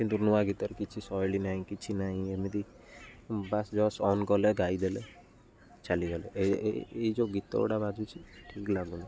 କିନ୍ତୁ ନୂଆ ଗୀତର କିଛି ଶୈଳୀ ନାହିଁ କିଛି ନାହିଁ ଏମିତି ବାସ୍ ଜଷ୍ଟ ଅନ୍ କଲେ ଗାଇଦେଲେ ଚାଲିଗଲେ ଏଇ ଯେଉଁ ଗୀତ ଗୁଡ଼ା ବାଜୁଛି ଠିକ ଲାଗୁନି